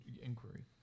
Inquiry